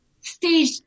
stage